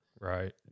right